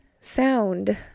sound